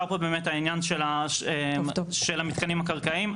פה באמת העניין של המתקנים הקרקעיים,